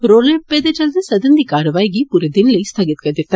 रोले रप्प दे चलदे सदन दी कारवाई गी पूरे दिने लेई स्थगित करी दिता